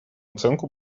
оценку